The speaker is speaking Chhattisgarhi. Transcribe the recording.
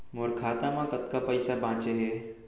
मोर खाता मा कतका पइसा बांचे हे?